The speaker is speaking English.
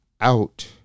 out